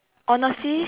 honestly